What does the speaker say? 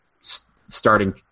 starting